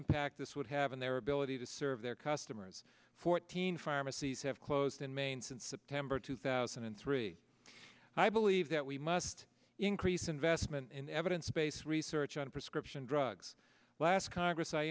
impact this would have on their ability to serve their customers fourteen pharmacies have closed in maine since september two thousand and three i believe that we must increase investment in evidence based research on prescription drugs last congress i